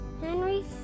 Henry